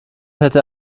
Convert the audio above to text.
hätte